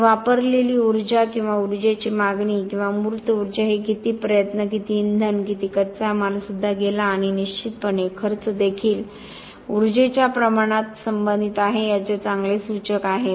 तर वापरलेली ऊर्जा किंवा उर्जेची मागणी किंवा मूर्त ऊर्जा हे किती प्रयत्न किती इंधन किती कच्चा माल सुद्धा गेला आणि निश्चितपणे खर्च देखील ऊर्जेच्या प्रमाणात संबंधित आहे याचे चांगले सूचक आहे